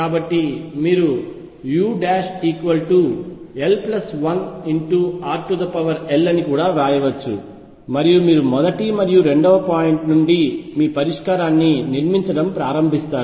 కాబట్టి మీరుul1rl అని కూడా వ్రాయవచ్చు మరియు మీరు మొదటి మరియు రెండవ పాయింట్ నుండి మీ పరిష్కారాన్ని నిర్మించడం ప్రారంభిస్తారు